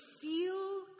feel